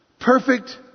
Perfect